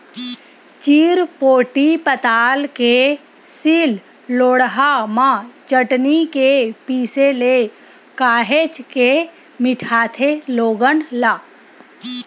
चिरपोटी पताल के सील लोड़हा म चटनी के पिसे ले काहेच के मिठाथे लोगन ला